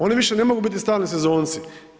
Oni više ne mogu biti stalni sezonci.